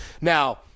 Now